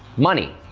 money.